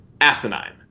asinine